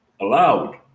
allowed